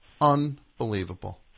Unbelievable